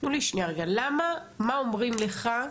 מה אומרים לך,